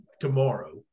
tomorrow